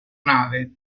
nave